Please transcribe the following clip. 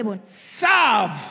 serve